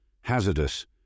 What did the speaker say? Hazardous